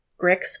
Grix